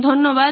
ধন্যবাদ